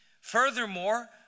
Furthermore